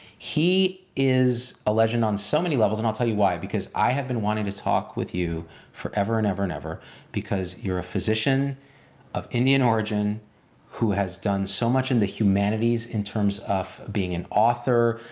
he is a legend on so many levels and i'll tell you why. because i have been wanting to talk with you forever and ever and ever because you're a physician of indian origin who has done so much in the humanities in terms of being an author,